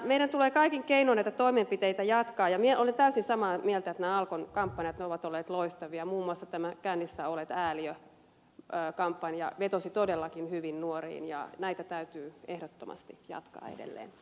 meidän tulee kaikin keinoin näitä toimenpiteitä jatkaa ja olen täysin samaa mieltä että nämä alkon kampanjat ovat olleet loistavia muun muassa tämä kännissä olet ääliö kampanja vetosi todellakin hyvin nuoriin ja näitä täytyy ehdottomasti jatkaa edelleen